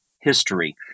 history